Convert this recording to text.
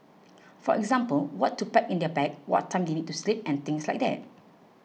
for example what to pack in their bag what time they need to sleep and things like that